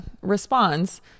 responds